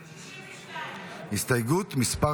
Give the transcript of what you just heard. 62. הסתייגות מס'